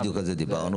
בדיוק על זה דיברנו.